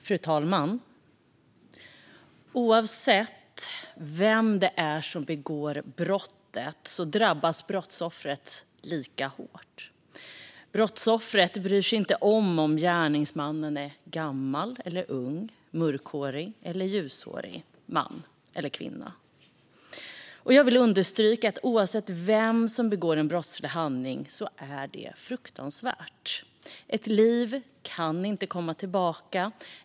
Fru talman! Oavsett vem som begår brottet drabbas brottsoffret lika hårt. Brottsoffret bryr sig inte om ifall gärningsmannen är gammal eller ung, mörkhårig eller ljushårig, man eller kvinna. Jag vill understryka att oavsett vem som begår en brottslig handling är det fruktansvärt. Ett liv kan inte komma tillbaka.